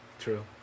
True